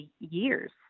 years